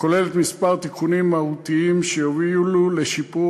הכוללת כמה תיקונים מהותיים שיובילו לשיפור